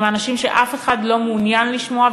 הם האנשים שאף אחד לא מעוניין לשמוע,